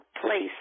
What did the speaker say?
place